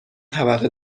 طبقه